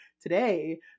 today